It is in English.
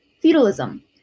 Feudalism